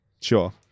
Sure